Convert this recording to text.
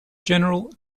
general